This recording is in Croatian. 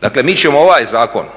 Dakle, mi ćemo ovaj zakon